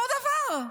אותו דבר,